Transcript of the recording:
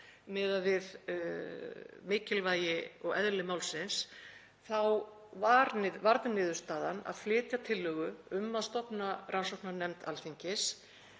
miðað við mikilvægi og eðli málsins, varð niðurstaðan að flytja tillögu um að stofna rannsóknarnefnd Alþingis